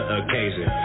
occasion